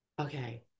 Okay